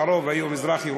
הרוב היו מזרח-ירושלמים,